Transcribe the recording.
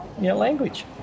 language